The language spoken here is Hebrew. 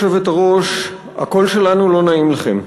היושבת-ראש, הקול שלנו לא נעים לכם,